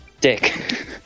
Dick